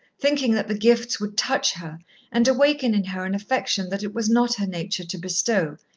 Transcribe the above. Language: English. thinking that the gifts would touch her and awaken in her an affection that it was not her nature to bestow,